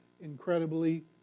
incredibly